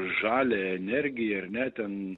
žalią energiją ar net ten